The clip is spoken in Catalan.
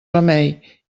remei